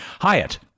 Hyatt